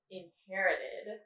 inherited